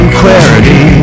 clarity